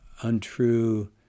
untrue